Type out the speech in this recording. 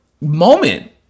moment